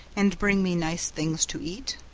and bring me nice things to eat.